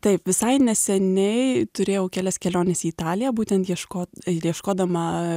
taip visai neseniai turėjau kelias keliones į italiją būtent ieškot ieškodama